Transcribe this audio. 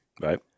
Right